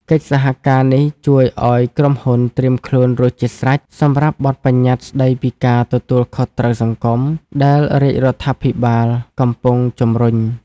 កិច្ចសហការនេះជួយឱ្យក្រុមហ៊ុនត្រៀមខ្លួនរួចជាស្រេចសម្រាប់បទបញ្ញត្តិស្ដីពីការទទួលខុសត្រូវសង្គម ដែលរាជរដ្ឋាភិបាលកំពុងជំរុញ។